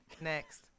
Next